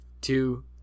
two